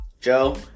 Joe